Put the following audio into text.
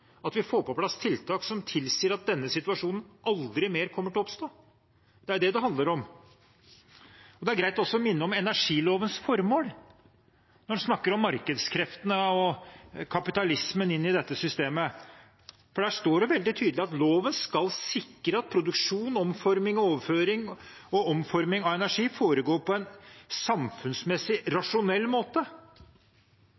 at vi får på plass tiltak som tilsier at denne situasjonen aldri mer kommer til å oppstå. Det er det det handler om. Det er greit også å minne om energilovens formål når en snakker om markedskreftene og kapitalismen inn i dette systemet, for der står det veldig tydelig: «Loven skal sikre at produksjon, omforming, overføring, omsetning, fordeling og bruk av energi foregår på en samfunnsmessig